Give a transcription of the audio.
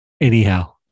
Anyhow